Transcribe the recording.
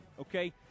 okay